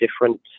different